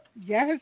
Yes